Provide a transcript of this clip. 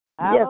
Yes